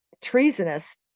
treasonous